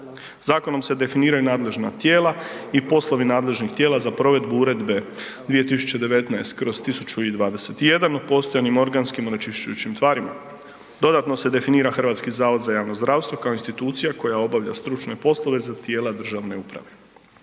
Zakonom se definiraju nadležna tijela i poslovi nadležnih tijela za provedbu Uredbi 2019/1021 o postojanim organskim onečišćujućim tvarima. Dodatno se definira HZJZ kao institucija koja obavlja stručne poslove za tijela državne uprave.